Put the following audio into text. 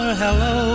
hello